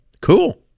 cool